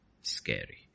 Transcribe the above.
Scary